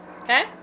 Okay